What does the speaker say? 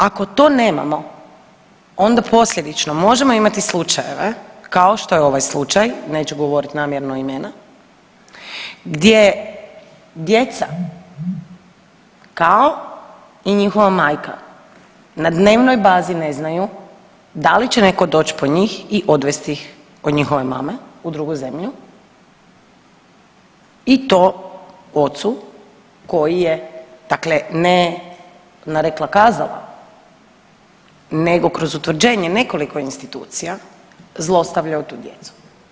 Ako to nemamo onda posljedično možemo imati slučajeve kao što je ovaj slučaj, neću govoriti namjerno imena gdje djeca kao i njihova majka na dnevnoj bazi ne znaju da li će netko doć po njih i odvesti ih od njihove mame u drugu zemlju i to ocu koji je dakle ne rekla kazala nego kroz utvrđenje nekoliko institucija zlostavljao tu djecu.